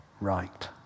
right